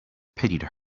pitied